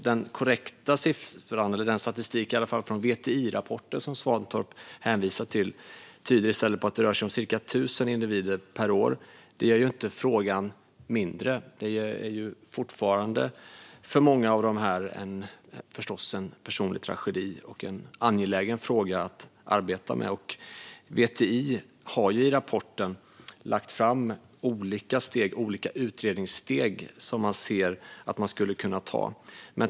Den statistik från VTI-rapporten som Svantorp hänvisar till tyder i stället på att det rör sig om cirka 1 000 individer per år. Det gör inte frågan mindre; det är fortfarande för många av dessa individer förstås en personlig tragedi och en angelägen fråga att arbeta med. VTI har i rapporten lagt fram olika utredningssteg som man ser att man skulle kunna ta.